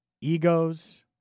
egos